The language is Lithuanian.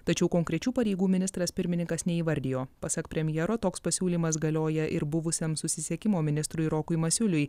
tačiau konkrečių pareigų ministras pirmininkas neįvardijo pasak premjero toks pasiūlymas galioja ir buvusiam susisiekimo ministrui rokui masiuliui